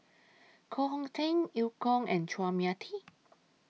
Koh Hong Teng EU Kong and Chua Mia Tee